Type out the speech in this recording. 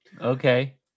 Okay